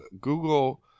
Google